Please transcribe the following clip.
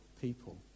people